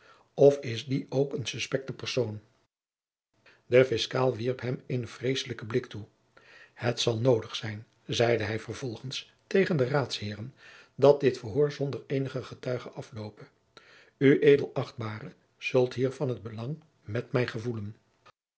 of is die ook eene suspecte persoon de fiscaal wierp hem eenen vreesselijken blik toe het zal noodig zijn zeide hij vervolgens tegen de raadsheeren dat dit verhoor zonder eenigen getuige afloope ued achtbare zult hiervan het belang met mij gevoelen